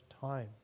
time